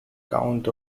count